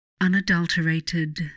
Unadulterated